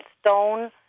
stone